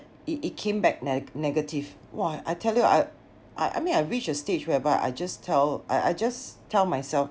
it it came back ne~ negative !wah! I tell you I I I mean I reach a stage whereby I just tell I I just tell myself